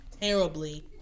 terribly